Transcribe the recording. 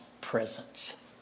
presence